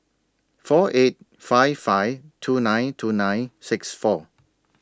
four eight five five two nine two nine six four